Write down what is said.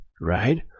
right